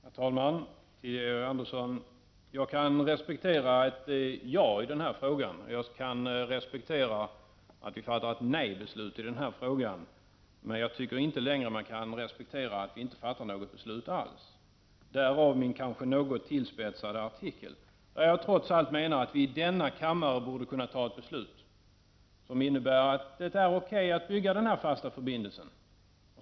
Herr talman! Till Georg Andersson vill jag säga att jag kan respektera ett jai den här frågan och att jag kan respektera att vi fattar ett negativt beslut. Jag tycker dock inte längre att man kan respektera att vi inte fattar något beslut alls. Därav min kanske något tillspetsade artikel, där jag trots allt menar att vi i denna kammare borde kunna fatta ett beslut, som innebär att det är okej att bygga den här fasta förbindelsen.